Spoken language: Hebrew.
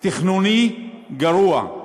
תכנוני גרוע.